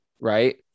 right